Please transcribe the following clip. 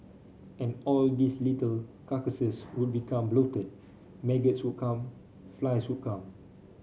and all these little carcasses would become bloated maggots would come flies would come